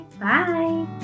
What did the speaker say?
Bye